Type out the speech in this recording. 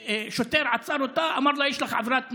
שוטר עצר אותה ואמר לה: יש לך עבירת תנועה.